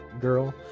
girl